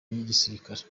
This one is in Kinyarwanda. n’igisirikare